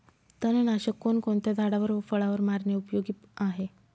तणनाशक कोणकोणत्या झाडावर व फळावर मारणे उपयोगी आहे?